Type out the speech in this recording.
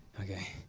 okay